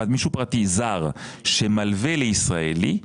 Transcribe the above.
מישהו פרטי זר שמלווה לישראלי,